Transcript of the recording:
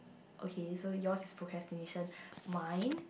okay so yours is procrastination mine